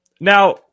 Now